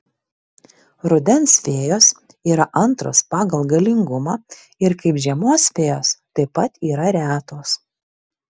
rudens fėjos yra antros pagal galingumą ir kaip žiemos fėjos taip pat yra retos